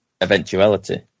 eventuality